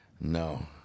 No